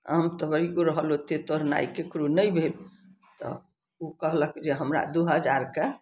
आम तऽ बड़ी गो रहल ओते तोड़नाइ नहि ककरो भेल तऽ ओ कहलक जे हमरा दू हजारके